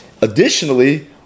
Additionally